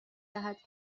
دهد